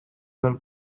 del